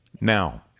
now